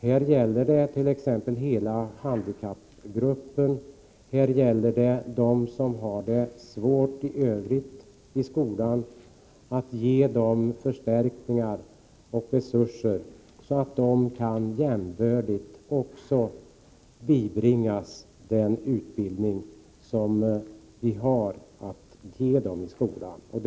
Det gäller t.ex. hela handikappgruppen och dem som har det svårt i övrigt i skolan. Vi vill ge dem förstärkningar och resurser, så att de på ett jämlikt sätt kan få sin skolutbildning.